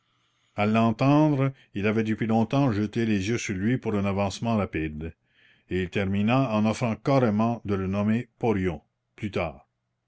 a l'entendre il avait depuis longtemps jeté les yeux sur lui pour un avancement rapide et il termina en offrant carrément de le nommer porion plus tard